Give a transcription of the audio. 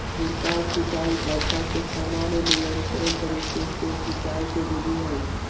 छिड़काव सिंचाई वर्षा के समान नियंत्रित तरीका से सिंचाई के विधि हई